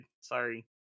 Sorry